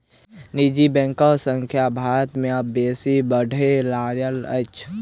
निजी बैंकक संख्या भारत मे आब बेसी बढ़य लागल अछि